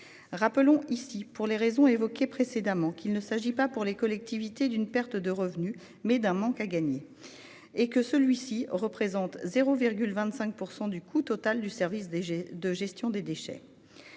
Rappelons ici que, pour les raisons invoquées précédemment, il s'agit pour les collectivités non pas d'une perte de revenus, mais d'un manque à gagner. Celui-ci représente 0,25 % du coût total du service de gestion des déchets.